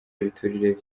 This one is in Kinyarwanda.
ibiturire